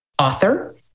author